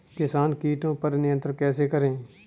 किसान कीटो पर नियंत्रण कैसे करें?